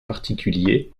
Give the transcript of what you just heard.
particulier